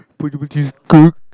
affordable cheesecake